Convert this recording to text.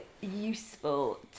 useful